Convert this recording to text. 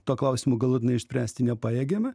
to klausimo galutinai išspręsti nepajėgėme